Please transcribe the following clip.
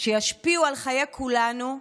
-- שישפיעו על חיי כולנו,